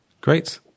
Great